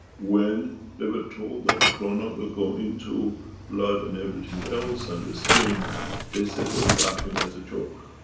when they were told that the corona will go into blood and everything else, and the skin they said they were laughing as a joke.